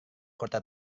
kota